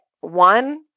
one